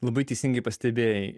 labai teisingai pastebėjai